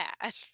bad